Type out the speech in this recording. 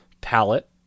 palette